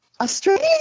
Australia